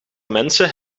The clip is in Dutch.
mensen